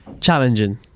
Challenging